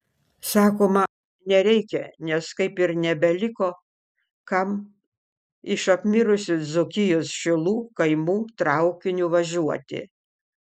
sakoma nereikia nes kaip ir nebeliko kam iš apmirusių dzūkijos šilų kaimų traukiniu važiuoti